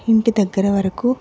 ఇంటి దగ్గర వరకు